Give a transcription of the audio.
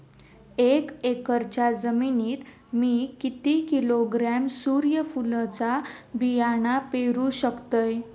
एक एकरच्या जमिनीत मी किती किलोग्रॅम सूर्यफुलचा बियाणा पेरु शकतय?